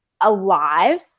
alive